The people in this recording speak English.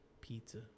pizza